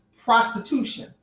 prostitution